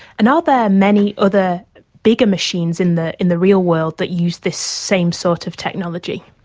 and are there are many other bigger machines in the in the real world that use this same sort of technology?